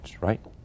right